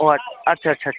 ও আছ্ আচ্ছা আচ্ছা আচ্ছা আচ্ছা